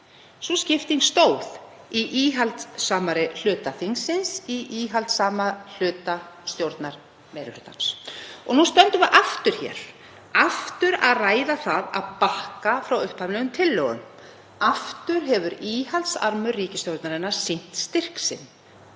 Sú skipting stóð í íhaldssamari hluta þingsins og í íhaldssama hluta stjórnarmeirihlutans. Nú stöndum við aftur hér, aftur að ræða það að bakka frá upphaflegum tillögum. Aftur hefur íhaldsarmur ríkisstjórnarinnar sýnt styrk sinn,